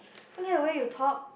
look at the way you talk